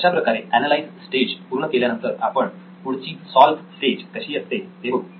अशा प्रकारे analyse stage पूर्ण केल्यानंतर आपण पुढची सॉल्व्ह स्टेज कशी असते हे बघू